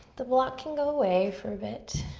the block can go away for a bit.